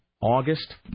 August